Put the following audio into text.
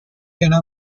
اینا